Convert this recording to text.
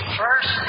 first